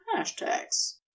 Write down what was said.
hashtags